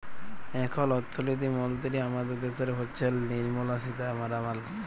এখল অথ্থলিতি মলতিরি আমাদের দ্যাশের হচ্ছেল লির্মলা সীতারামাল